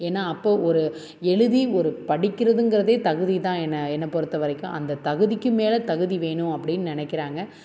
ஏன்னால் அப்போ ஒரு எழுதி ஒரு படிக்கிறதுங்கிறதே தகுதி தான் என்னை என்னை பொறுத்தவரைக்கும் அந்த தகுதிக்கும் மேல் தகுதி வேணும் அப்படின்னு நினைக்கிறாங்க